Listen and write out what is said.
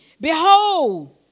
Behold